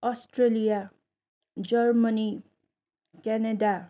Australia Germany Canada